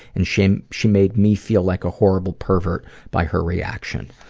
and she um she made me feel like a horrible pervert by her reaction.